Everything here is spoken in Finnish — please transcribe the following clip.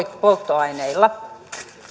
polttoaineilla